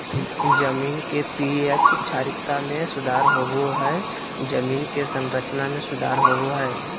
जमीन के पी.एच क्षारीयता में सुधार होबो हइ जमीन के संरचना में सुधार होबो हइ